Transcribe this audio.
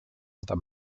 other